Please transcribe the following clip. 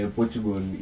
Portugal